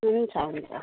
हुन्छ हुन्छ